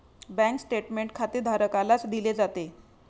bank statement खातेधारकालाच दिले जाते